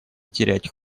терять